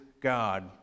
God